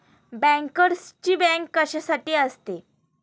बँकर्सची बँक कशासाठी असते?